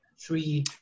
three